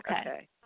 Okay